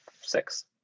six